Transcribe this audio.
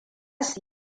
su